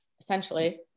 essentially